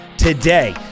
Today